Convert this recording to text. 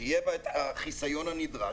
שיהיה החיסיון הנדרש,